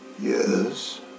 Yes